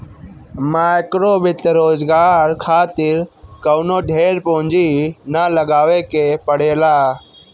माइक्रोवित्त रोजगार खातिर कवनो ढेर पूंजी ना लगावे के पड़ेला